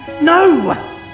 No